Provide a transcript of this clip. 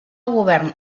govern